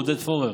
עודד פורר.